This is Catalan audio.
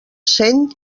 sent